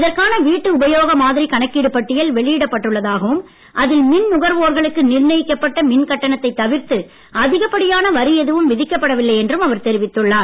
இதற்கான வீட்டு உபயோக மாதிரி கணக்கீடு பட்டியல் வெளியிடப்பட்டுள்ளதாகவும் அதில் மின் நுகர்வோர்களுக்கு நிர்ணயிக்கப்பட்ட மின் கட்டணத்தை தவிர்த்து அதிகப்படியான வரி எதுவும் விதிக்கப்படவில்லை என்றும் அவர் தெரிவித்துள்ளார்